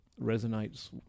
resonates